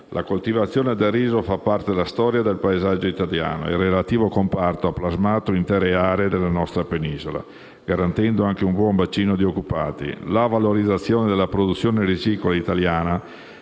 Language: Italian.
La coltivazione del riso fa parte della storia e del paesaggio italiano ed il relativo comparto ha plasmato intere aree della nostra penisola, garantendo anche un buon bacino di occupati. La valorizzazione della produzione risicola italiana